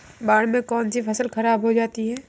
बाढ़ से कौन कौन सी फसल खराब हो जाती है?